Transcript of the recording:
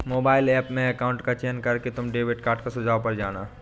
mobile app में account का चयन कर तुम डेबिट कार्ड सुझाव पर जाना